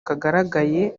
kagaragaye